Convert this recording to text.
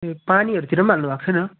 पानीहरूतिर पनि हाल्नुभएको छैन